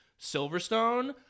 Silverstone